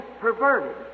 perverted